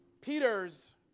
Peter's